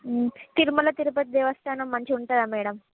తిరుమల తిరుపతి దేవస్థానం మంచిగా ఉంటుందా మేడం